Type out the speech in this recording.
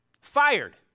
Fired